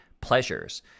pleasures